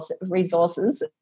resources